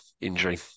injury